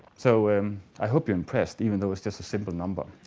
so i hope you're impressed even though it's just a simple number.